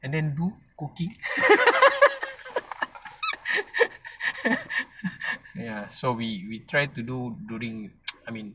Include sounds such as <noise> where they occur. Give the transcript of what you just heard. and then do cooking <laughs> ya so we we try to do during <noise> I mean